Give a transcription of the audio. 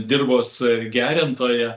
dirvos gerintoją